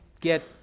get